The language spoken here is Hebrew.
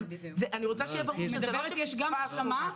אבל אני רוצה שיהיה ברור שזה לא שפספסנו משהו.